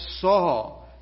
saw